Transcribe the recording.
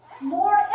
more